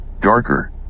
Darker